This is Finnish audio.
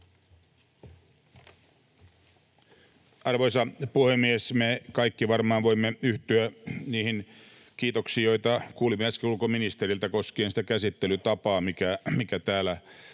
Arvoisa puhemies! Me kaikki varmaan voimme yhtyä niihin kiitoksiin, joita kuulimme äsken ulkoministeriltä koskien sitä käsittelytapaa, mikä täällä